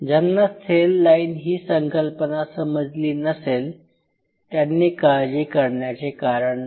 ज्यांना cell line ही संकल्पना समजली नसेल त्यांनी काळजी करण्याचे कारण नाही